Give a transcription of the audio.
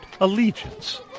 allegiance